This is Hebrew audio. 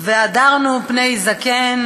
לוועדת הפנים והגנת הסביבה.